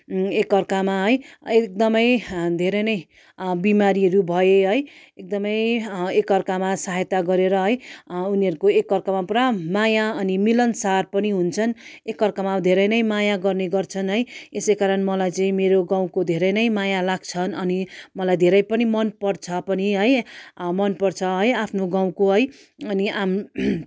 एक अर्कामा है एकदमै धेरै नै बिमारीहरू भए है एकदमै एक अर्कामा सहायता गरेर है उनीहरूको एक अर्कामा पुरा माया अनि मिलनसार पनि हुन्छन् एक अर्कामा धेरै नै माया गर्ने गर्छन् है यसै कारण मलाई चाहिँ मेरो गाउँको धेरै नै माया लाग्छ अनि मलाई धेरै पनि मन पर्छ पनि है मन पर्छ है आफ्नो गाउँको है अनि आम